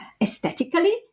aesthetically